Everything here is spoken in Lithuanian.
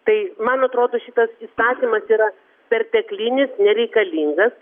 tai man atrodo šitas įstatymas yra perteklinis nereikalingas